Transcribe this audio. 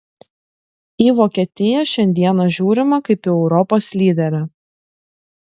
į vokietiją šiandieną žiūrima kaip į europos lyderę